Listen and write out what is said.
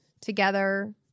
together